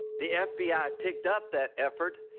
the f b i. picked up that effort,